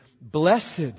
Blessed